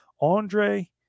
Andre